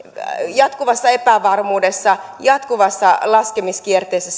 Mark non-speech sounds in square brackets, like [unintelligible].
jatkuvassa epävarmuudessa jatkuvassa laskukierteessä [unintelligible]